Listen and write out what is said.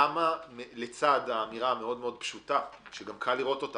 למה לצד האמירה הפשוטה מאוד שגם קל לראות אותה